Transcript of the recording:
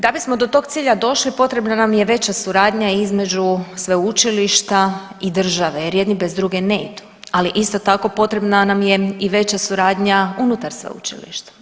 Da bismo do tog cilja došli, potrebna nam je veća suradnja između sveučilišta i države jer jedni bez druge ne idu, ali isto tako potrebna nam je i veća suradnja unutar sveučilišta.